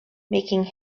making